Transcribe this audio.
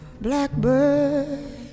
Blackbird